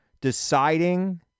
deciding